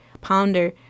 pounder